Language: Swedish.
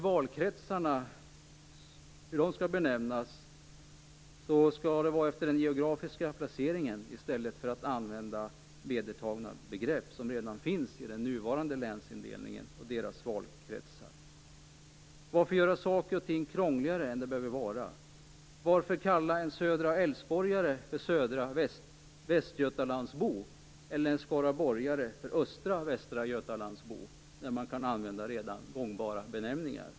Valkretsarna skall benämnas efter den geografiska placeringen i stället för att vedertagna begrepp som redan finns i den nuvarande länsindelningen och deras valkretsar används. Varför göra saker och ting krångligare än de behöver vara? Varför kalla en södra älvsborgare för södra västgötalandsbo, eller en skaraborgare för östra västgötalandsbo när man kan använda redan gångbara benämningar?